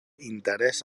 interés